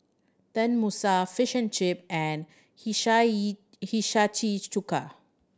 Tenmusu Fish and Chip and Hishayi Chuka